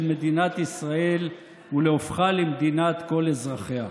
מדינת ישראל ולהופכה למדינת כל אזרחיה.